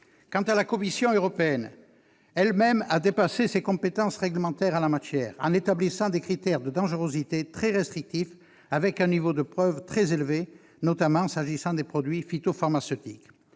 Quant à la Commission européenne, elle a même dépassé ses compétences réglementaires en la matière, en établissant des critères de dangerosité très restrictifs et un niveau de preuve très élevé, notamment s'agissant des produits phytopharmaceutiques.